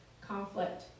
conflict